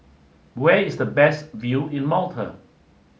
where is the best view in Malta